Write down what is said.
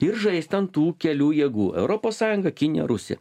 ir žaisti ant tų kelių jėgų europos sąjunga kinija rusija